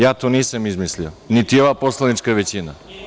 Ja to nisam izmislio, niti ova poslanička većina.